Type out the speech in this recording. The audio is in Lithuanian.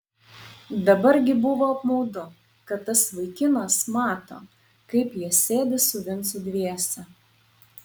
dabar gi buvo apmaudu kad tas vaikinas mato kaip jie sėdi su vincu dviese